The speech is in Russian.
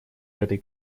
этой